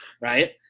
right